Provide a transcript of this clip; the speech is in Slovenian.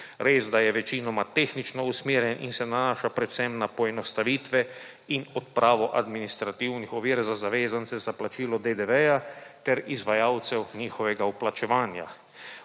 Resda je večinoma tehnično usmerjen in se nanaša predvsem na poenostavitve in odpravo administrativnih ovir za zavezance za plačilo DDV ter izvajalcev njihovega vplačevanja.